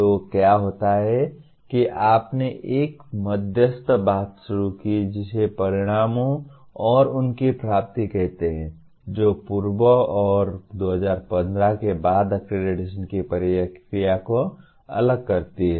तो क्या होता है कि आपने एक मध्यस्थ बात शुरू की जिसे परिणामों और उनकी प्राप्ति कहते है जो पूर्व और 2015 के बाद अक्रेडिटेशन की प्रक्रिया को अलग करती है